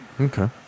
Okay